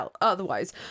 otherwise